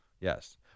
yes